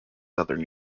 southern